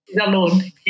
alone